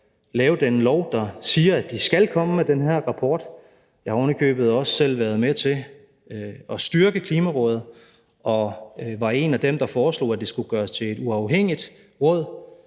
lave den lov, der siger, at de skal komme med den her rapport. Jeg har oven i købet også selv været med til at styrke Klimarådet og var en af dem, der foreslog, at det skulle gøres til et uafhængigt råd,